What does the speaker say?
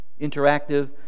interactive